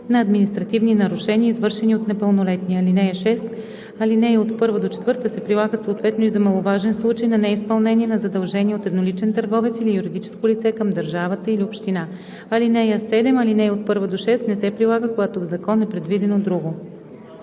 на административни нарушения, извършени от непълнолетни. (6) Алинеи 1 – 4 се прилагат съответно и за маловажен случай на неизпълнение на задължение от едноличен търговец или юридическо лице към държавата или община. (7) Алинеи 1 – 6 не се прилагат, когато в закона е предвидено друго.“